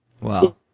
wow